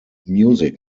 music